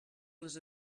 les